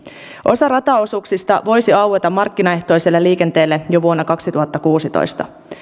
osa rataosuuksista voisi aueta markkinaehtoiselle liikenteelle jo vuonna kaksituhattakuusitoista